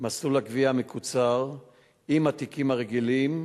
מסלול הגבייה המקוצר עם התיקים הרגילים,